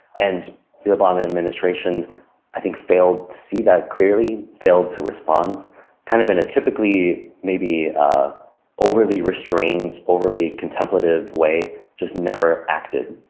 and the obama administration i think failed to see that clearly, failed to respond kind of in a typically, maybe overly restrained, overly contemplative way, just never acted,